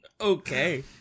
Okay